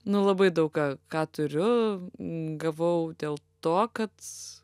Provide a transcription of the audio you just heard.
nu labai daug ką ką turiu gavau dėl to kad